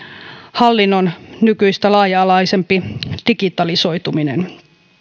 hallinnon nykyistä laaja alaisempi digitalisoituminen